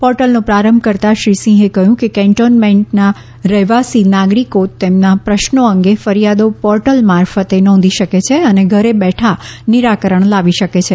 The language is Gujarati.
પોર્ટલનો પ્રારંભ કરતા શ્રી સિંહે કહ્યું કે કેન્ટોનમેન્ટના રહેવાસી નાગરિકો તેમના પ્રશ્નો અંગે ફરિયાદો પોર્ટલ મારફતે નોંધી શકે છે અને ઘરે બેઠા નિરાકરણ લાવી શકે છે